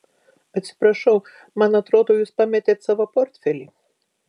atsiprašau man atrodo jūs pametėt savo portfelį